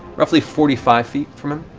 roughly forty five feet from him.